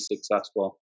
successful